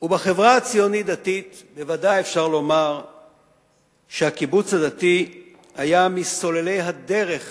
ובחברה הציונית-דתית בוודאי אפשר לומר שהקיבוץ הדתי היה מסוללי הדרך